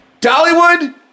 Dollywood